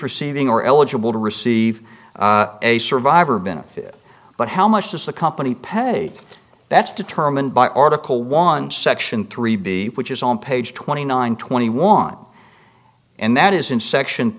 receiving are eligible to receive a survivor benefit but how much does the company paid that's determined by article one section three b which is on page twenty nine twenty want and that is in section